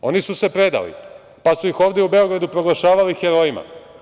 Oni su se predali, pa su ih ovde u Beogradu proglašavali herojima.